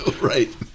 Right